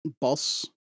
boss